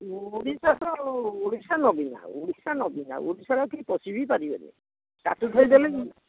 ଓଡ଼ିଶା ତ ଆଉ ଓଡ଼ିଶା ନବୀନ ଓଡ଼ିଶା ନବୀନ ଓଡ଼ିଶାରେ ଆଉ କିଏ ପଶିବି ପାରିବେନି ତା'କୁ ଛାଡ଼ିଦେଲେ